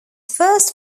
first